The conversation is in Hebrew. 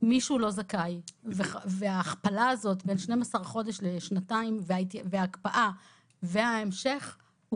לא זכאי וההכפלה הזאת מ-12 חודשים לשנתיים וההקפאה וההמשך הוא